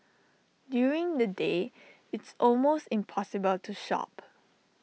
during the day it's almost impossible to shop